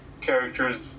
characters